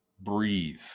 breathe